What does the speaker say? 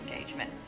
engagement